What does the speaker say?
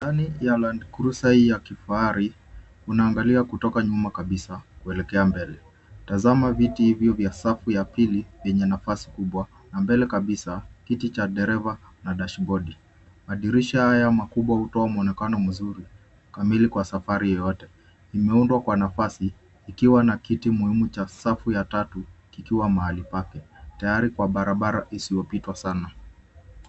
Ndani ya Landcruiser ya kifahari una angalia kutoka nyuma kabisa kuelekea mbele, tazama viti hivyo vya safu ya pili yenye nafasi kubwa na mbele kabisa kiti cha dereva na dashibodi. Madirisha haya makubwa hutoa muonekano mzuri kamili kwa safari yeyote, imeundwa kwa nafasi ikiwa na kiti muhimu cha safu ya tatu kikiwa mahali pake tayari kwa barabara isiyopitwa sana.